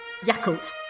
Yakult